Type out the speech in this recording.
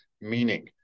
meaning